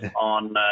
on